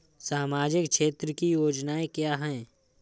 सामाजिक क्षेत्र की योजनाएँ क्या हैं?